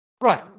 right